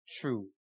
true